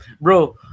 Bro